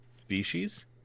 species